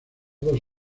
dos